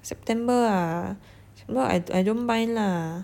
september ah well I I don't mind lah